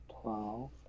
twelve